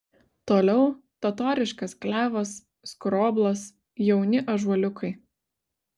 toliau totoriškas klevas skroblas jauni ąžuoliukai